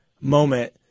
moment